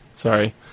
Sorry